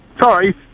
Sorry